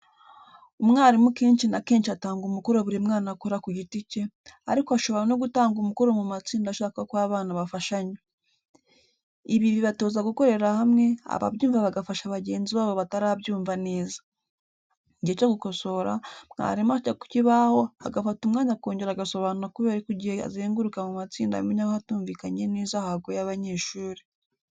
Umwarimu kenshi na kenshi atanga umukoro buri mwana akora ku giti cye, ariko ashobora no gutanga umukoro mu matsinda ashaka ko abana bafashanya. Ibi bibatoza gukorera hamwe, ababyumva bagafasha bagenzi babo batarabyumva neza. Igihe cyo gukosora, mwarimu ajya ku kibaho, agafata umwanya akongera agasobanura kubera ko igihe azenguruka mu matsinda amenya ahatumvikanye neza hagoye abanyeshuri.